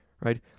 right